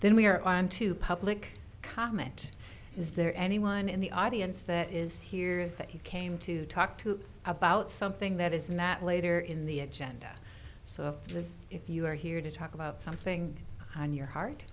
then we're on to public comment is there anyone in the audience that is here that you came to talk to about something that is not later in the agenda so of just if you are here to talk about something on your heart